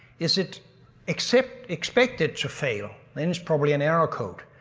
is it expected expected to fail? then it's probably an error code.